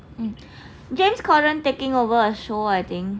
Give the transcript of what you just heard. james corden taking over her show I think